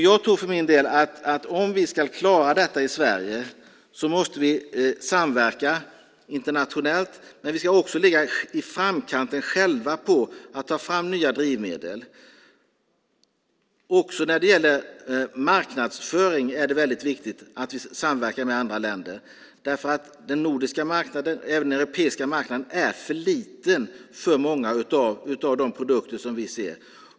Jag tror för min del att om vi ska klara detta i Sverige måste vi samverka internationellt. Men vi ska också ligga i framkanten själva när det gäller att ta fram nya drivmedel. Också när det gäller marknadsföring är det väldigt viktigt att vi samverkar med andra länder därför att den nordiska marknaden och även den europeiska marknaden är för liten för många av dessa produkter.